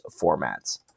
formats